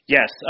Yes